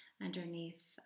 underneath